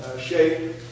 shape